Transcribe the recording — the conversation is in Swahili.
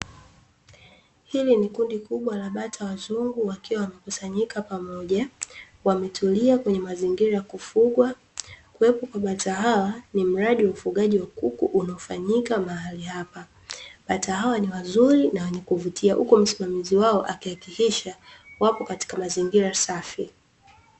Hii ni kundi kubwa la bata wazungu wakiwa wamekusanyika pamoja wametulia kwenye mazingira ya kufungwa, kuwepo wa bata hawa ni mradi wa ufugaji wa kuku unaofanyika mahali hapa. Bata hao ni wazuri na wenye kuvutia, huku msimamizi wao akihakikisha wapo katika mazingira safi.